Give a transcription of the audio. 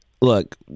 look